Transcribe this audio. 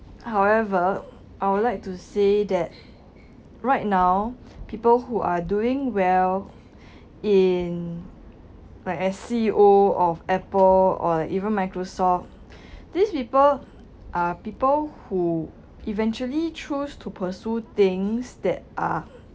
however I would like to say that right now people who are doing well in like C_E_O of Apple or even Microsoft these people are people who eventually choose to pursue things that are